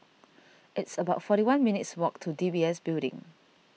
it's about forty one minutes' walk to D B S Building